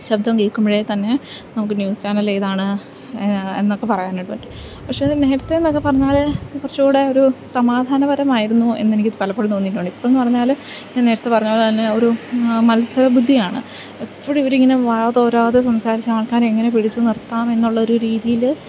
ശബ്ദം കേൾക്കുമ്പോൾ തന്നെ നമുക്ക് ന്യൂസ് ചാനലേതാണ് എന്നൊക്കെ പറയാനായിട്ട് പറ്റും പക്ഷേ നേരത്തെ എന്നൊക്കെ പറഞ്ഞാൽ കുറച്ചൂടെ ഒരു സമാധാനപരമായിരുന്നു എന്ന് എനിക്ക് പലപ്പോഴും തോന്നിയിട്ടുണ്ട് ഇപ്പം എന്ന് പറഞ്ഞാൽ ഞാൻ നേരത്തെ പറഞ്ഞത് പോലെ തന്നെ ഒരു മത്സര ബുദ്ധിയാണ് എപ്പോഴും ഇവർ ഇങ്ങനെ വാതോരാതെ സംസാരിച്ച് ആൾക്കാരെ എങ്ങനെ പിടിച്ചു നിർത്താം എന്നുള്ള ഒരു രീതിയിൽ